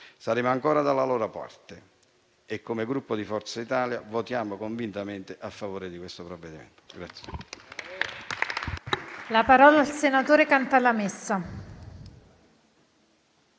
Saremo ancora dalla loro parte e, come Gruppo Forza Italia, votiamo convintamente a favore del provvedimento.